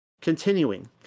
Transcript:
Continuing